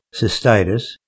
cystitis